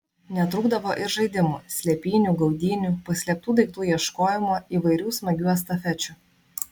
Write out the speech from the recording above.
netrūkdavo ir žaidimų slėpynių gaudynių paslėptų daiktų ieškojimo įvairių smagių estafečių